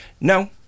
no